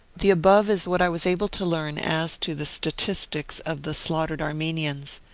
the above is what i was able to learn as to the statistics of the slaughtered armenians,